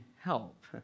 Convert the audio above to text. help